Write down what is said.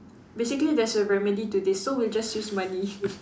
basically there's a remedy to this so we'll just use money